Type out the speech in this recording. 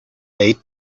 date